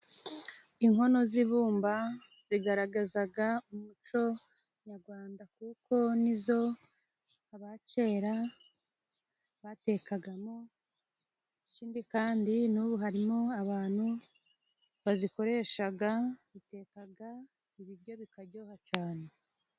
Inkono z'ibumba zigaragazaga umuco nyagwanda, kuko nizo abakera batekagamo, ikindi kandi n'ubu harimo abanu bazikoreshaga batekaga ibiryo bikaryoha cane.